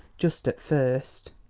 just at first.